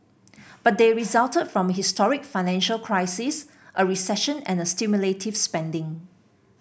but they resulted from a historic financial crisis a recession and stimulative spending